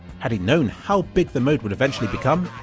had he known how big the mode would eventually become,